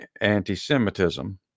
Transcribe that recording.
anti-semitism